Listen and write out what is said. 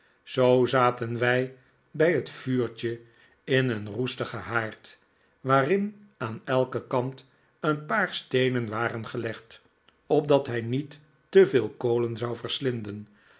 zoo zaten wij bij het vuurtje in een roestigen haard waarin aan elken kant een paar steenen waren gelegd opdat hij niet te veel kolen zou verslinden